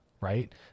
right